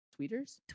tweeters